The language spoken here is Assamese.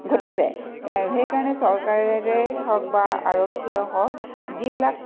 ঘটিছে সেইকাৰণে চৰকাৰেই হওক বা আৰক্ষীয়ে হওক যিবিলাক